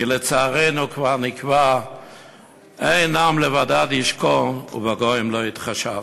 כי לצערנו כבר נקבע "הן עם לבדד ישכן ובגוים לא יתחשב".